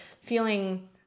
feeling